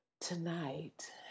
tonight